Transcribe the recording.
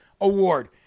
award